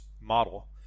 model